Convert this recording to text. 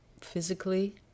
physically